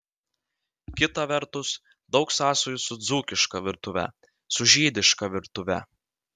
kita vertus daug sąsajų su dzūkiška virtuve su žydiška virtuve